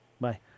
Bye